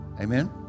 Amen